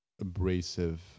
abrasive